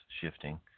shifting